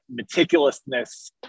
meticulousness